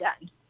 done